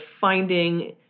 finding